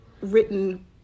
written